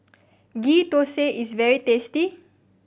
Ghee Thosai is very tasty